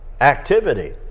activity